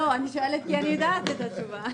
אני שואלת כי אני יודעת את התשובה.